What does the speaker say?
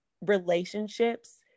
relationships